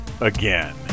again